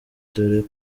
dore